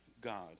God